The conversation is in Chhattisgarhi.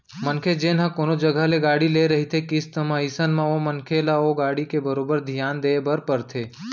मनखे जेन ह कोनो जघा ले गाड़ी ले रहिथे किस्ती म अइसन म ओ मनखे ल ओ गाड़ी के बरोबर धियान देय बर परथे